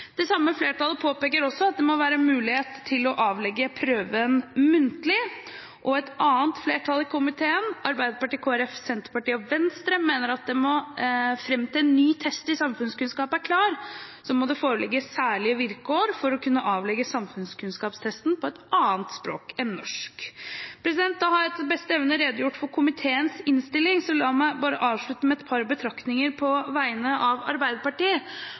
Det samme flertallet påpeker også at det må være mulighet til å avlegge prøven muntlig. Et annet flertall i komiteen – Arbeiderpartiet, Kristelig Folkeparti, Senterpartiet og Venstre – mener at fram til en ny test i samfunnskunnskap er klar, må det foreligge særlige vilkår for å kunne avlegge samfunnskunnskapstesten på annet språk enn norsk. Da har jeg etter beste evne redegjort for komiteens innstilling. La meg bare avslutte med et par betraktninger på vegne av Arbeiderpartiet.